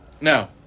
Now